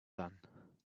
then